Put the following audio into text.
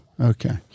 Okay